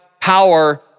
power